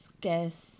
guess